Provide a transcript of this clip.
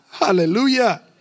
Hallelujah